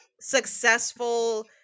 successful